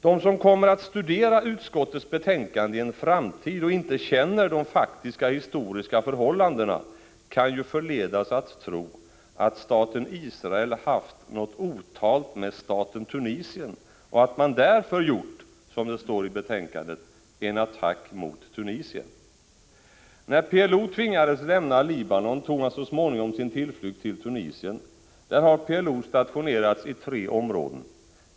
De som kommer att studera utskottets betänkande i en framtid och inte känner de faktiska historiska förhållandena kan ju förledas att tro att staten Israel haft något otalt med staten Tunisien och att man därför gjort, som det står i betänkandet, ”en attack mot Tunisien”. När PLO tvingades lämna Libanon tog man så småningom sin tillflykt till Tunisien. Där har PLO stationerats i tre områden.